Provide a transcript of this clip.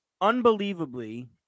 unbelievably